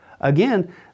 Again